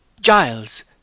Giles